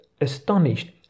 astonished